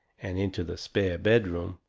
and into the spare bedroom,